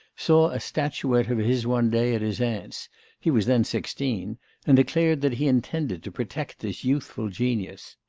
saw a statuette of his one day at his aunt's he was then sixteen and declared that he intended to protect this youthful genius.